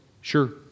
Sure